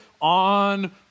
on